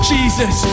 Jesus